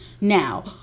Now